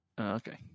Okay